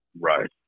Right